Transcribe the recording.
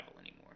anymore